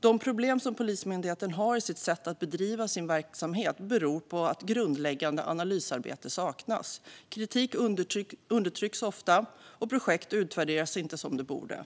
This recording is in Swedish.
De problem som Polismyndigheten har i sitt sätt att bedriva sin verksamhet beror på att grundläggande analysarbete saknas. Kritik undertrycks ofta, och projekt utvärderas inte som de borde.